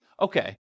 okay